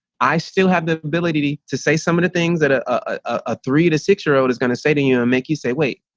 i still have the ability to say some of the things that a ah three to six year old is going to say to you and make you say, wait,